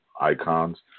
icons